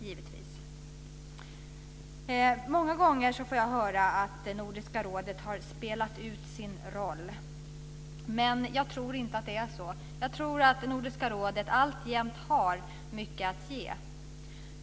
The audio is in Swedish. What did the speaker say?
Jag får många gånger höra att Nordiska rådet har spelat ut sin roll, men jag tror inte att det är så. Jag tror att Nordiska rådet alltjämt har mycket att ge.